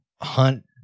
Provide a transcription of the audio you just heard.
hunt